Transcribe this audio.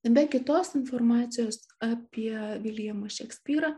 be kitos informacijos apie viljamą šekspyrą